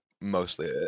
Mostly